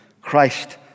Christ